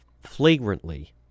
flagrantly